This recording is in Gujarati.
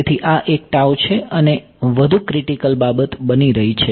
તેથી આ એક છે અને વધુ ક્રીટીકલ બાબત બની રહી છે